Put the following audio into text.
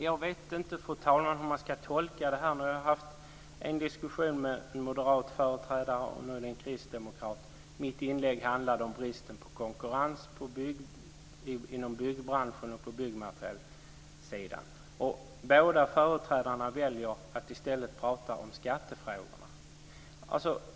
Fru talman! Jag vet inte hur man ska tolka det här. Jag har haft en diskussion med en moderat företrädare, och nu är det en kristdemokrat. Mitt inlägg handlade om bristen på konkurrens inom byggbranschen och på byggmaterielsidan. Båda företrädarna väljer att i stället prata om skattefrågorna.